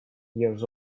years